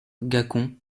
gacon